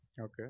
Okay